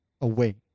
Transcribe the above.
away